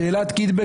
שאלת קיטבג,